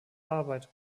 arbeit